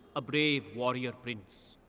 a brave warrior prince.